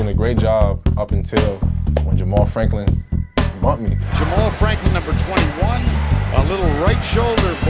and great job up until one jamaal franklin me jamaal franklin number twenty one a little right shoulder.